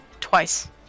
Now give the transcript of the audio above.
Twice